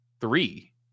three